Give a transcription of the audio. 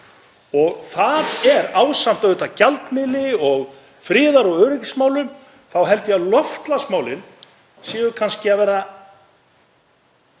og ásamt auðvitað gjaldmiðli og friðar- og öryggismálum þá held ég að loftslagsmálin séu kannski allra